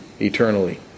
eternally